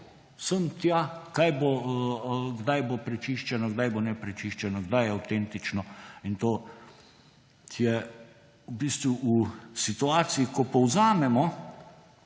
sem, tja, kdaj bo prečiščeno, kdaj bo neprečiščeno, kdaj je avtentično in to, je v bistvu v situaciji, ko povzamemo